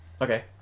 Okay